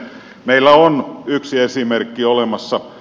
meillä on yksi esimerkki olemassa